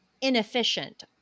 inefficient